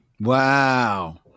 Wow